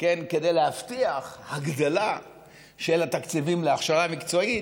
כדי להבטיח הגדלה של התקציבים להכשרה מקצועית,